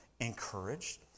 encouraged